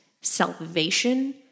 salvation